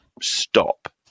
stop